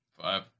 Five